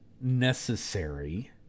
necessary